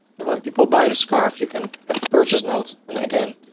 and when people buy the scarf, you can have the purchase notes and again,